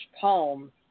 palm